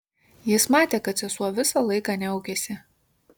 jis matė kad sesuo visą laiką niaukėsi